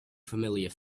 familiar